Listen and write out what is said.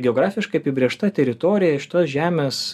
geografiškai apibrėžta teritorija šitos žemės